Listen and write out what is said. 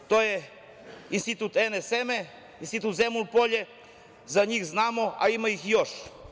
To je Institut NS seme, Institut Zemun Polje, za njih znamo, a ima ih još.